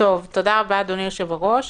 תודה רבה, אדוני יושב הראש.